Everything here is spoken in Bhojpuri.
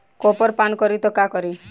कॉपर पान करी तब का करी?